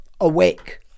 awake